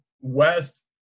West